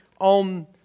on